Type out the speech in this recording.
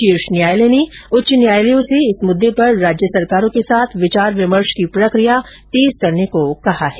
शीर्ष न्यायालय ने उच्च न्यायालयों से इस मुद्दे पर राज्य सरकारों के साथ विचार विमर्श की प्रक्रिया तेज करने को कहा है